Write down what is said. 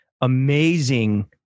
amazing